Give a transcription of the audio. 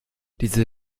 diese